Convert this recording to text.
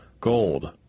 gold